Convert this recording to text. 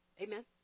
Amen